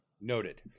Noted